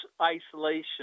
isolation